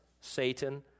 Satan